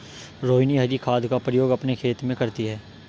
रोहिनी हरी खाद का प्रयोग अपने खेत में करती है